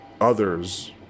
others